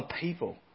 people